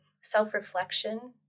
self-reflection